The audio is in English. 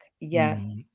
yes